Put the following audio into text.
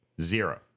Zero